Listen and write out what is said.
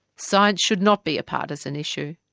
science should not be a partisan issue,